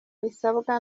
bisabwa